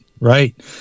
Right